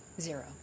Zero